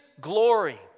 glory